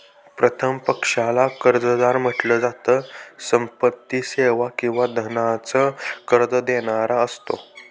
प्रथम पक्षाला कर्जदार म्हंटल जात, संपत्ती, सेवा किंवा धनाच कर्ज देणारा असतो